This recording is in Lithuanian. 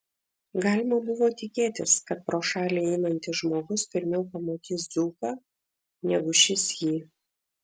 galima buvo tikėtis kad pro šalį einantis žmogus pirmiau pamatys dzūką negu šis jį